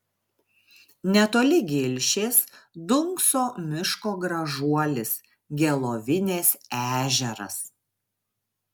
netoli gilšės dunkso miško gražuolis gelovinės ežeras